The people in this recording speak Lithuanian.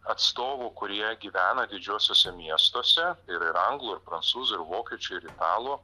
atstovų kurie gyvena didžiuosiuose miestuose ir anglų ir prancūzų ir vokiečių ir italų